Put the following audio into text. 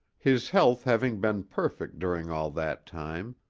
his health having been perfect during all that time,